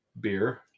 beer